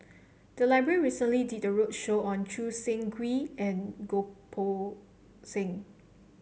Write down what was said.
the library recently did a roadshow on Choo Seng Quee and Goh Poh Seng